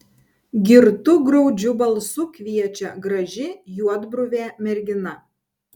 girtu graudžiu balsu kviečia graži juodbruvė mergina